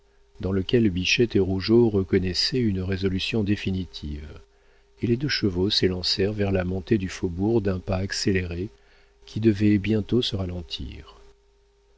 dans lequel bichette et rougeot reconnaissaient une résolution définitive et les deux chevaux s'élancèrent vers la montée du faubourg d'un pas accéléré qui devait bientôt se ralentir